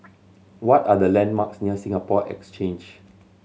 what are the landmarks near Singapore Exchange